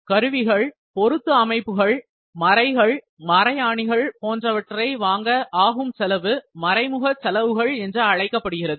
கருவிகள் பொருத்து அமைப்புகள் மரைகள் மரையாணிகள் போன்றவற்றை வாங்க ஆகும் செலவு மறைமுக செலவுகள் என்று அழைக்கப்படுகிறது